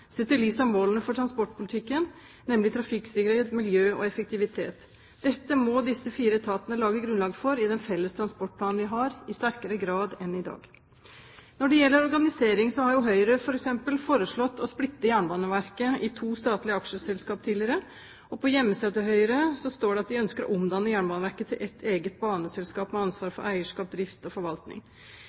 i lys av målene for transportpolitikken, nemlig trafikksikkerhet, miljø og effektivitet. Dette må disse fire etatene lage grunnlag for i den felles transportplanen vi har, i sterkere grad enn i dag. Når det gjelder organisering, så har jo Høyre tidligere f.eks. foreslått å splitte Jernbaneverket i to statlige aksjeselskaper, og på hjemmesiden til Høyre står det at de ønsker å omdanne Jernbaneverket til et eget baneselskap med ansvar for eierskap, drift og forvaltning.